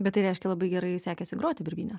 bet tai reiškia labai gerai sekėsi groti birbyne